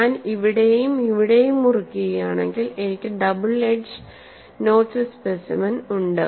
ഞാൻ ഇവിടെയും ഇവിടെയും മുറിക്കുകയാണെങ്കിൽ എനിക്ക് ഡബിൾ എഡ്ജ് നോച്ച്ഡ് സ്പെസിമെൻ ഉണ്ട്